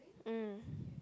mm